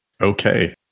Okay